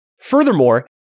Furthermore